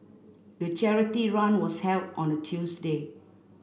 the charity run was held on a Tuesday